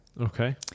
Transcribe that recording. okay